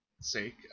sake